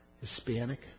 Hispanic